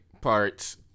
parts